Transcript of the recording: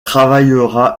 travaillera